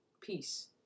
peace